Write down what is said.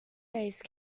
faced